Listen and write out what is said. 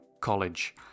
college